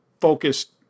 focused